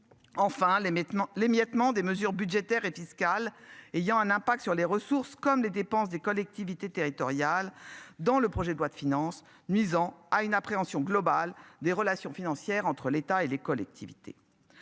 l'émiettement des mesures budgétaires et fiscales ayant un impact sur les ressources comme les dépenses des collectivités territoriales dans le projet de loi de finances nuisant à une appréhension globale des relations financières entre l'État et les collectivités.